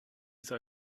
sei